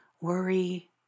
worry